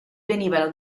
venivano